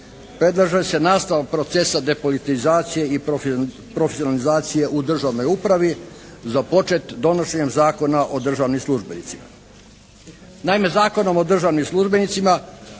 predlaže se nastavak procesa depolitizacije i profesionalizacije u državnoj upravi započet donošenjem Zakona o državnim službenicima.